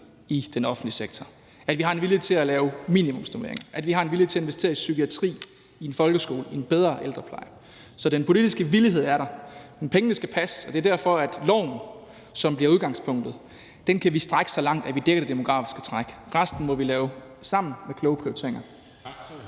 i den offentlige sektor, at vi har en vilje til at lave minimumsnormeringer, at vi har en vilje til at investere i psykiatri, i folkeskole, i bedre ældrepleje. Så den politiske villighed er der, men pengene skal passe, og det er derfor, at vi kan strække loven, som bliver udgangspunktet, så langt, at vi dækker det demografiske træk. Resten må vi lave sammen med kloge prioriteringer.